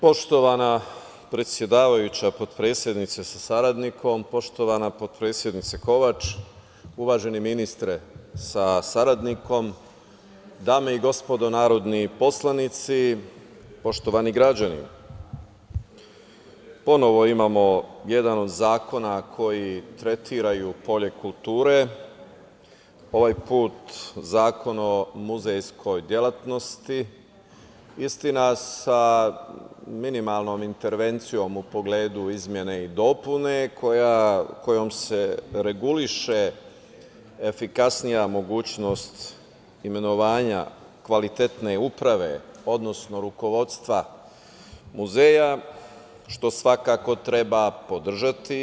Poštovana predsedavajuća, potpredsednice sa saradnikom, poštovana potpredsednice Kovač, uvaženi ministre sa saradnikom, dame i gospodo narodni poslanici, poštovani građani, ponovo imamo jedano od zakona koji tretiraju polje kulture, ovaj puta Zakon o muzejskoj delatnosti, istina sa minimalnom intervencijom u pogledu izmena i dopuna kojom se reguliše efikasnija mogućnost imenovanja kvalitetnije uprave, odnosno rukovodstva muzeja, što svakako treba podržati.